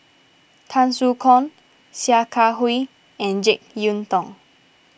Tan Soo Khoon Sia Kah Hui and Jek Yeun Thong